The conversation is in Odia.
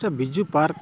ସେ ବିଜୁ ପାର୍କ୍